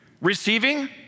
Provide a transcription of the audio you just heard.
Receiving